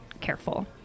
careful